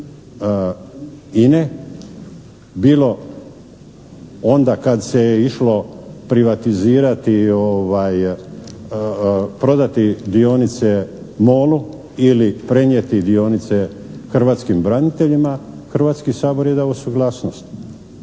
INE, bilo onda kad se je išlo privatizirati, prodati dionice Molu ili prenijeti dionice hrvatskim braniteljima, Hrvatski sabor je dao suglasnost.